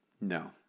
No